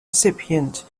recipient